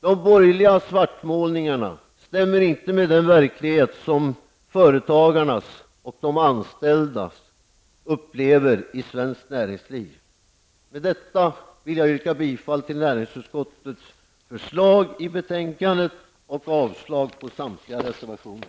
De borgerliga svartmålningarna stämmer inte med den verklighet som företagare och anställda upplever i svenskt näringsliv. Med detta vill jag yrka bifall till näringsutskottets förslag i betänkande 35 och avslag på samtliga reservationer.